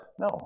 No